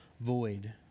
void